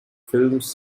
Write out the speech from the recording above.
films